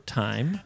time